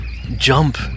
jump